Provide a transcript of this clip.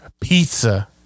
Pizza